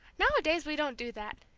nowadays we don't do that.